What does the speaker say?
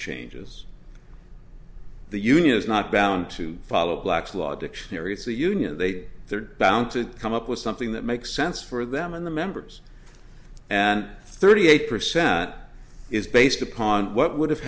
changes the union is not bound to follow black's law dictionary it's the union they say they're bound to come up with something that makes sense for them and the members and thirty eight percent is based upon what would have